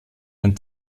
den